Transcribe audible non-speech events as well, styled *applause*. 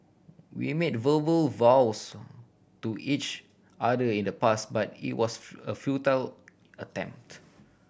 we made verbal vows to each other in the past but it was *unintelligible* a futile attempt